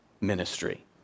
ministry